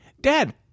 Dad